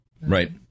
Right